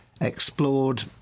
explored